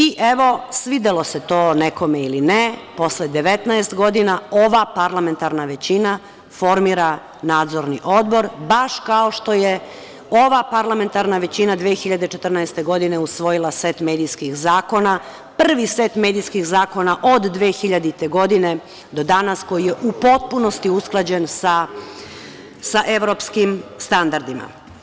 I, evo, svidelo se to nekome ili ne, posle 19 godina, ova parlamentarna većina formira Nadzorni odbor baš kao što je ova parlamentarna većina 2014. godine usvojila set medijskih zakona, prvi set medijskih zakona od 2000. godine do danas koji je u potpunosti usklađen sa evropskim standardima.